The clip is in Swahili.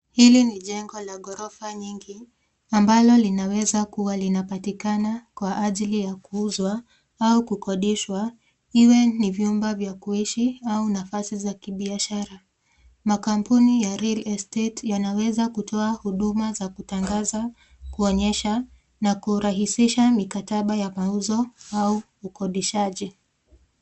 Hili ni jengo la ghorofa nyingi ambalo linaweza kuwa linapatikana kwa ajili ya kuuzwa au kukodishwa ili iwe vyumba vya kuishi au nafasi za kibiashara. Makampuni ya real estate yanaweza kutoa huduma za kutangaza, kuonyesha na kurahisisha mikataba ya mauzo au ukodishaji.